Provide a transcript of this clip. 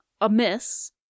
amiss